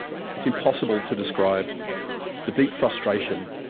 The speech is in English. it's impossible to describe the deep frustration,